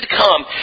come